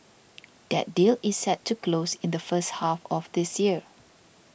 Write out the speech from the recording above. that deal is set to close in the first half of this year